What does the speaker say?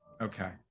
okay